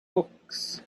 books